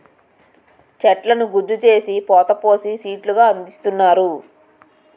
చెట్లను గుజ్జు చేసి పోత పోసి సీట్లు గా అందిస్తున్నారు